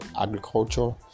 agriculture